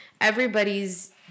Everybody's